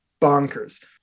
bonkers